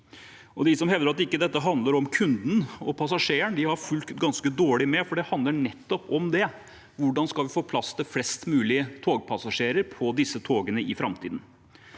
De som hevder at dette ikke handler om kunden og passasjeren, har fulgt ganske dårlig med, for det handler nettopp om det: Hvordan skal vi få plass til flest mulig togpassasjerer på disse togene i framtiden?